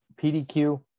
PDQ